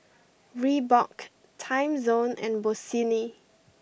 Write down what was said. Reebok Timezone and Bossini